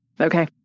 Okay